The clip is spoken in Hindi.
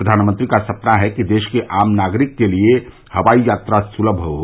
प्रधानमंत्री का सपना है कि देश के आम नागरिक के लिए हवाई यात्रा सुलम हो